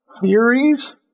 Theories